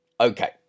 Okay